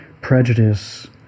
prejudice